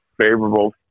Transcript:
favorable